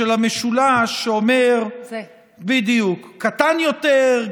של המשולש שאומר קטן יותר,